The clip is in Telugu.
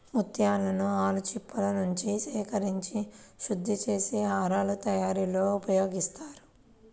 ముత్యాలను ఆల్చిప్పలనుంచి సేకరించి శుద్ధి చేసి హారాల తయారీలో ఉపయోగిస్తారు